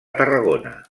tarragona